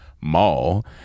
mall